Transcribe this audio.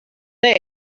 they